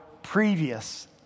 previous